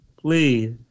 please